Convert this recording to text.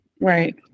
Right